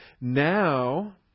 Now